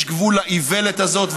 יש גבול לאיוולת הזאת.